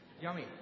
Yummy